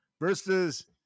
versus